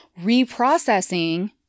Reprocessing